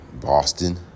Boston